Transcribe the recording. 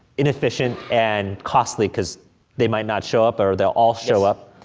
inefficient and costly, cause they might not show up, or they all show up